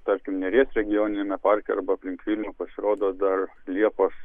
tarkim neries regioniniame parke arba aplink viln ių pasirodo dar liepos